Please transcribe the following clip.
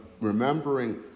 remembering